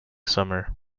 summer